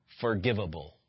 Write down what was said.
forgivable